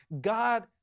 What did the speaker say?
God